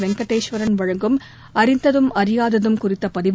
வெங்கடேஸ்வரன் வழங்கும் அறிந்ததும் அறியாததும் குறித்த பதிவு